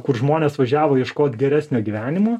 kur žmonės važiavo ieškot geresnio gyvenimo